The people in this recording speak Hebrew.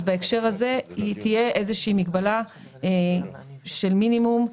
תהיה איזושהי מגבלה של מינימום,